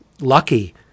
lucky